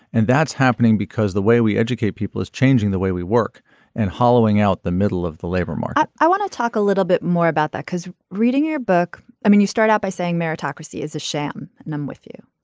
and that's happening because the way we educate people is changing the way we work and hollowing out the middle of the labor market i want to talk a little bit more about that because reading your book i mean you start out by saying meritocracy is a sham and i'm with you.